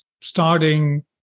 starting